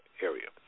area